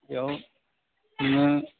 बेयाव नोङो